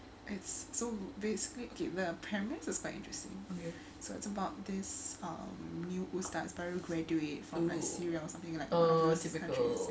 it's so basically okay the is quite interesting okay so it's about this um new ustaz baru graduate from syria or something like worst of the countries